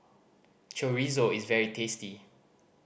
chorizo is very tasty